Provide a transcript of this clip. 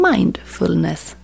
Mindfulness